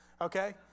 okay